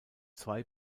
zwei